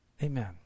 Amen